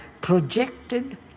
projected